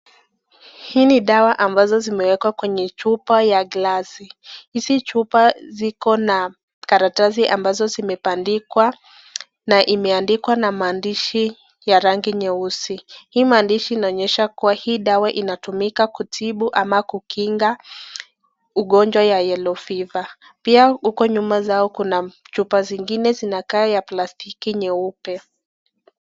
Hii ni dawa ambazo zimewekwa kwenye chupa ya glasi. Hizi chupa ziko na karatasi ambazo zimebandikwa na imiandikwa na maandishi ya rangi nyeusi. Hii maandishi inaonyesha kuwa hii dawa inatumika kutibu ama kukinga ugonjwa ya (cs)Yellow Fever(cs). Pia uko nyuma zao kuna chupa zingine zinakaa za plastiki nyeupe.